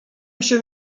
się